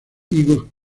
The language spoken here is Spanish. higos